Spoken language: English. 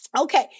Okay